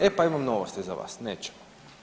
E pa imam novosti za vas, nećemo.